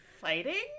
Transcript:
fighting